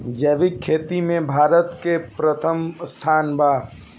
जैविक खेती में भारत के प्रथम स्थान बा